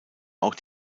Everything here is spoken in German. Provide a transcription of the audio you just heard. auch